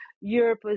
Europe